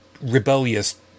rebellious